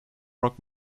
rock